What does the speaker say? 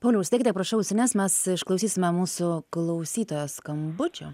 pauliau užsidėkite prašau ausines mes išklausysime mūsų klausytojo skambučio